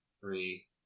three